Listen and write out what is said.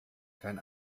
kein